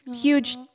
huge